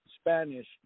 Spanish